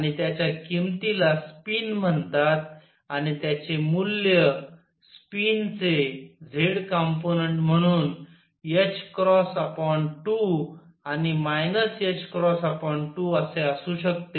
आणि त्याच्या किंमतीला स्पिन म्हणतात आणि त्याचे मूल्य स्पिन चे z कंपोनंन्ट म्हणून ℏ2 आणि ℏ2 असे असू शकते